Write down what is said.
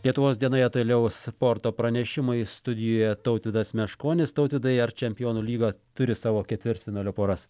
lietuvos dienoje toliau sporto pranešimai studijoje tautvydas meškonis tautvydai ar čempionų lyga turi savo ketvirtfinalio poras